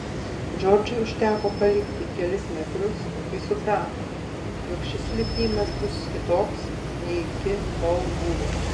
džordžui užteko palipti kelis metrus kai suprato jog šis lipimas bus kitoks nei iki tol buvę